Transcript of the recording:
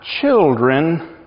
children